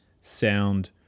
sound